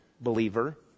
believer